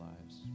lives